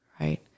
Right